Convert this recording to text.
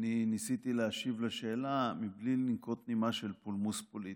ניסיתי להשיב על השאלה בלי לנקוט נימה של פולמוס פוליטי,